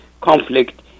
conflict